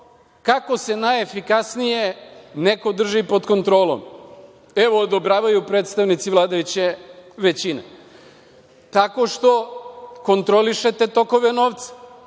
Kako se najefikasnije neko drži pod kontrolom? Evo, odobravaju predstavnici vladajuće većine. Tako što kontrolišete tokove novca,